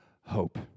hope